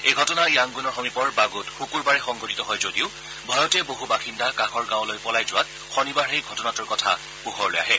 এই ঘটনা ইয়াংগুনৰ সমীপৰ বাগোত শুকূৰবাৰেই সংঘটিত হয় যদিও ভয়তে বহু বাসিন্দা কাষৰ গাঁৱলৈ পলাই যোৱাত শনিবাৰেহে ঘটনাটোৰ কথা পোহৰলৈ আহে